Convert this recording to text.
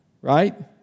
Right